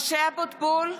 משה אבוטבול,